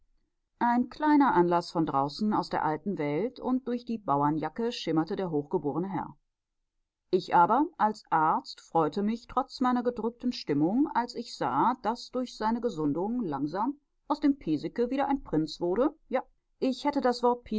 ein kleiner anlaß von draußen aus der alten welt und durch die bauernjacke schimmerte der hochgeborene herr ich aber als arzt freute mich trotz meiner gedrückten stimmung als ich sah daß durch seine gesundung langsam aus dem piesecke wieder ein prinz wurde ja ich hätte das